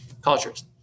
cultures